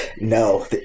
No